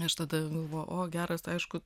aš tada galvoju o geras aišku